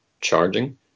charging